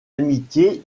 amitié